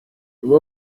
nyuma